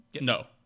No